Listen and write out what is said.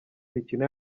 mikino